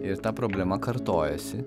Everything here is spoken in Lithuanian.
ir ta problema kartojasi